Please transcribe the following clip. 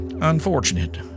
unfortunate